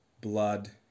blood